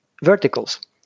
verticals